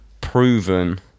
Proven